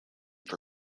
for